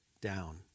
down